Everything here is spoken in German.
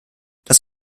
das